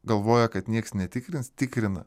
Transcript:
galvoja kad nieks netikrins tikrina